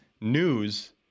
news